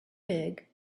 big